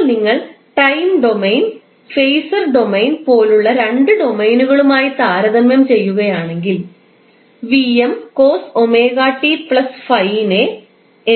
ഇപ്പോൾ നിങ്ങൾ time domain phasor domain പോലുള്ള രണ്ട് ഡൊമെയ്നുകളുമായി താരതമ്യം ചെയ്യുകയാണെങ്കിൽ നെ